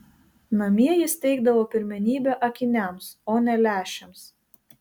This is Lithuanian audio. namie jis teikdavo pirmenybę akiniams o ne lęšiams